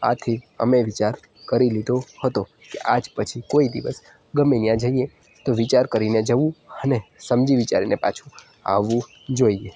આથી અમે વિચાર કરી લીધો હતો કે આજ પછી કોઈ દિવસ ગમે ત્યાં જઈએ તો વિચાર કરીને જવું અને સમજી વિચારીને પાછું આવવું જોઈએ